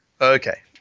Okay